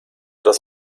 das